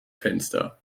fenster